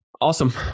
Awesome